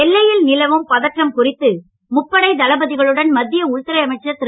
எல்லையில் நிலவும் பதற்றம் குறித்து முப்படை தளபதிகளுடன் மத்திய உள்துறை அமைச்சர் திரு